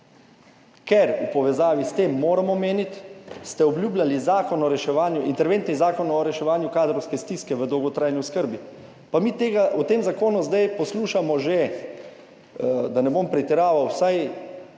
Ker v povezavi s tem, moram omeniti, ste obljubljali Zakon o reševanju, interventni zakon o reševanju kadrovske stiske v dolgotrajni oskrbi. Pa mi tega v tem zakonu zdaj poslušamo že, da ne bom pretiraval, vsaj